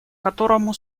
которому